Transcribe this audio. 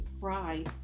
cry